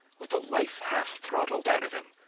with the life half throttled out of him,